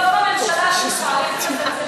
אם זאת הממשלה שלך, אנחנו